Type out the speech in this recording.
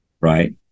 right